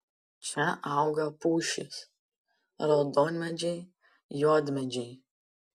čia auga pušys raudonmedžiai juodmedžiai